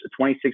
26